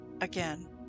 again